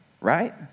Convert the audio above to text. right